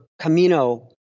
Camino